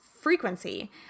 frequency